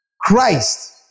Christ